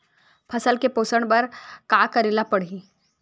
फसल के पोषण बर का करेला पढ़ही?